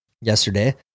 yesterday